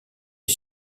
est